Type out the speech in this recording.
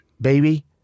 baby